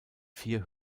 vier